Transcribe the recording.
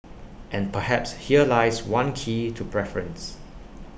and perhaps here lies one key to preference